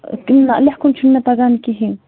لٮ۪کھُن چھُنہٕ مےٚ تگان کِہیٖنۍ